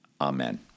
Amen